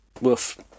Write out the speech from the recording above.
Woof